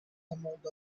amount